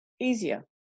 easier